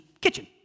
Kitchen